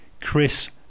Chris